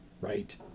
Right